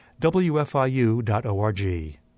wfiu.org